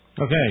Okay